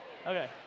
Okay